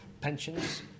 pensions